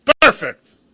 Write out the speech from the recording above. Perfect